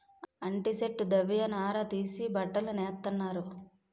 అంటి సెట్టు దవ్వ నార తీసి బట్టలు నేత్తన్నారు